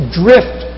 drift